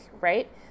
right